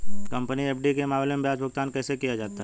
Company FD के मामले में ब्याज भुगतान कैसे किया जाता है?